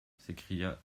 s’écria